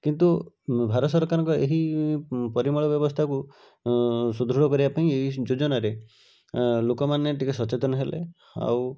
କିନ୍ତୁ ଭାରତ ସରକାରଙ୍କ ଏହି ପରିମଳ ବ୍ୟବସ୍ଥାକୁ ସୁଦୃଢ଼ କରିବା ପାଇଁ ଏହି ଯୋଜନାରେ ଲୋକମାନେ ଟିକିଏ ସଚେତନ ହେଲେ ଆଉ